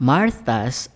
Martha's